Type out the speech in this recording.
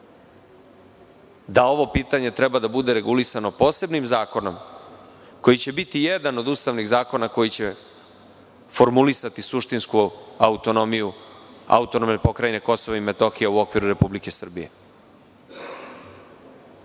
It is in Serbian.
da ovo pitanje treba da bude regulisano posebnim zakonom, koji će biti jedan od ustavnih zakona koji će formulisati suštinsku autonomiju AP KiM u okviru Republike Srbije. Poznato